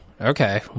Okay